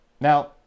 now